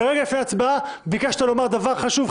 רגע לפני ההצבעה ביקשת לומר דבר חשוב.